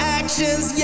actions